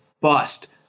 bust